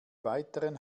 weiteren